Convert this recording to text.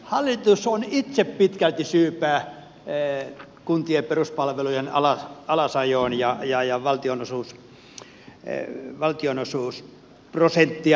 hallitus on itse pitkälti syypää kuntien peruspalvelujen alasajoon valtionosuusprosenttia vähentämällä